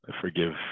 forgive